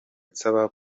nsaba